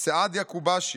סעדיה כובאשי,